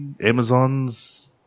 Amazon's